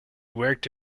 worked